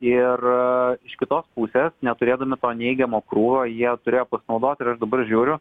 ir iš kitos pusės neturėdami to neigiamo krūvio jie turėjo pasinaudot ir aš dabar žiūriu